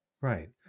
right